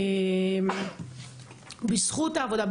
בזכות העבודה,